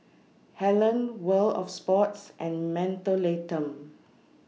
Helen World of Sports and Mentholatum